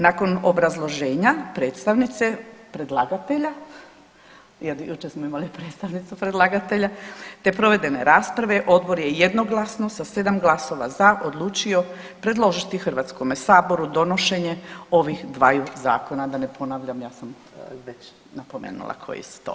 Nakon obrazloženja predstavnice predlagatelja jer jučer smo imali predstavnicu predlagatelja, te provedene rasprave, Odbor je jednoglasno sa 7 glasova za odlučio predložiti Hrvatskome saboru donošenje ovih dvaju zakona, da ne ponavljam, ja sam već napomenula koji su to.